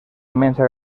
immensa